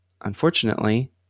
unfortunately